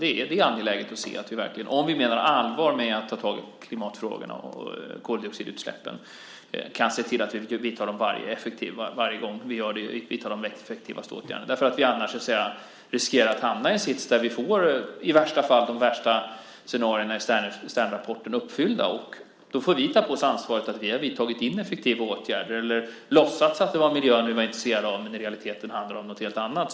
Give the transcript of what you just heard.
Det är angeläget att vi verkligen, om vi menar allvar med att ta tag i klimatfrågorna och koldioxidutsläppen, kan se till att vi varje gång vi gör något vidtar de effektivaste åtgärderna. Annars riskerar vi att hamna i en sits där vi i värsta fall får de värsta scenarierna i Sternrapporten uppfyllda. Då får vi ta på oss ansvaret för att vi har vidtagit ineffektiva åtgärder eller låtsats att det var miljön vi var intresserade av när det i realiteten handlade om något helt annat.